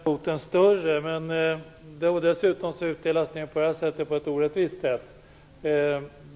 Fru talman! Nu har kvoten inte blivit större, och dessutom uppdelas den på det här sättet på ett orättvist sätt.